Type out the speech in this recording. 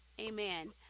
amen